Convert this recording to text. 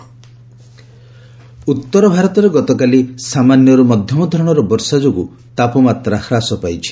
rain ଉତ୍ତର ଭାରତରେ ଗତକାଲି ସାମାନ୍ୟରୁ ମଧ୍ୟମ ଧରଣର ବର୍ଷା ଯୋଗୁଁ ତାପମାତ୍ରା ହ୍ରାସ ପାଇଛି